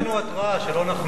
תן לנו התראה, שלא נחמיץ.